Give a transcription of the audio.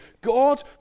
God